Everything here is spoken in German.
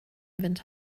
winter